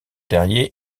terrier